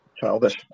childish